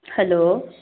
hello